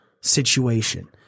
situation